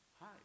Hi